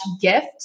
gift